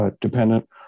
dependent